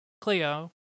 Cleo